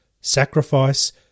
Sacrifice